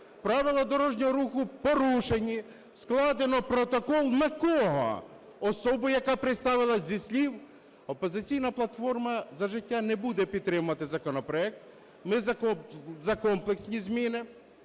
правила дорожнього руху порушені, складено протокол - на кого? Особу, яка представилась зі слів? "Опозиційна платформа – За життя" не буде підтримувати законопроект. Ми за комплексні зміни